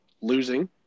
losing